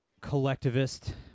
collectivist